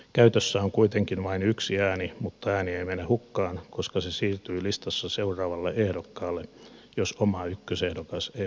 käytössä on kuitenkin vain yksi ääni mutta ääni ei mene hukkaan koska se siirtyy listassa seuraavalle ehdokkaalle jos oma ykkösehdokas ei vaaleissa menesty